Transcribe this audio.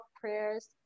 prayers